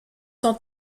son